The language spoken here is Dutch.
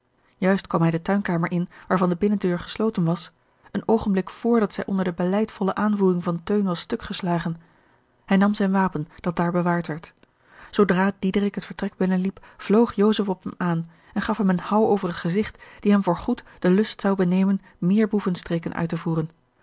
juist kwam hij de tuinkamer in waarvan de binnendeur gesloten was een oogenblik vr dat zij onder de beleidvolle aanvoering van teun was stuk geslagen hij nam zijn wapen dat daar bewaard werd zoodra diederik het vertrek binnen liep vloog joseph op hem aan en gaf hem een houw over het gezigt die hem voor goed den lust zou benemen meer boevenstreken uit te voeren